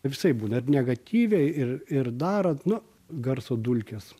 visaip būna ir negatyviai ir ir darant nu garso dulkės